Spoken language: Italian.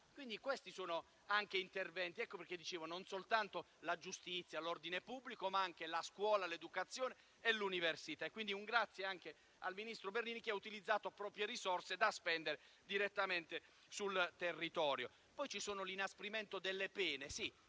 dicevo che non ci sono soltanto la giustizia e l'ordine pubblico, ma anche la scuola, l'educazione e l'università. Quindi un grazie va anche al ministro Bernini, che ha utilizzato proprie risorse da spendere direttamente sul territorio. Vi è poi l'inasprimento delle pene